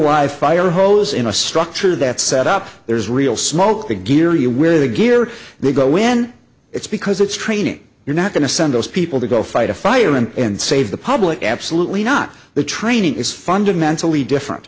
wide fire hose in a structure that set up there's real smoke the gear you wear the gear they go when it's because it's training you're not going to send those people to go fight a fire and save the public absolutely not the training is fundamentally different